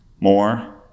more